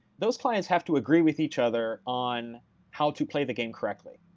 those clients have to agree with each other on how to play the game correctly.